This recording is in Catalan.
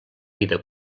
vida